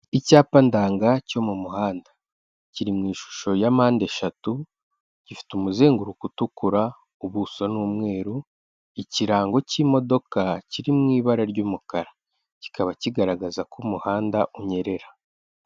Icyapa ndanga cyo mu muhanda, kiri mu ishusho ya mpande eshatu, gifite umuzenguruko utukura, ubuso ni umweru, ikirango cy'imodoka, kiri mu ibara ry'umukara, kikaba kigaragaza ko umuhanda unyerera.